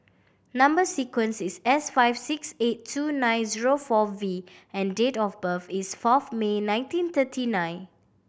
number sequence is S five six eight two nine zero four V and date of birth is fourth May nineteen thirty nine